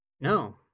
No